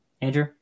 Andrew